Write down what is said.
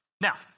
Now